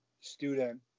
student